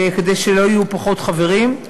כדי שלא יהיו פחות חברים,